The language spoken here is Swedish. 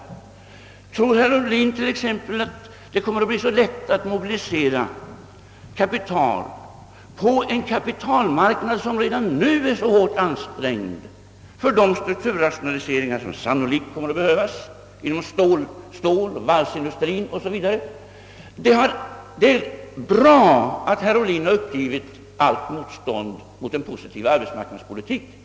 Tror vidare herr Ohlin t.ex. att det på vår kapitalmarknad, som redan nu är hårt ansträngd, kommer att bli lätt att mobilisera kapital för de strukturrationaliseringar som sannolikt måste göras inom ståloch varvsindustrierna? Det är bra att herr Ohlin nu har givit upp allt motstånd mot en positiv arbetsmarknadspolitik.